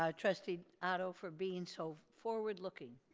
um trustee otto, for being so forward-looking.